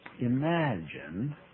imagine